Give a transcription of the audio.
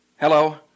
Hello